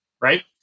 right